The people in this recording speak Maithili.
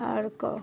आओर कहू